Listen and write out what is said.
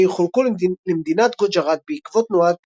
חולקו למדינת גוג'ראט בעקבות תנועת